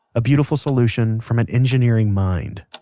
a beautiful solution from an engineering mind